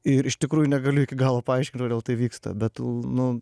ir iš tikrųjų negaliu iki galo paaiškint kodėl tai vyksta bet l nu